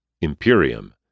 Imperium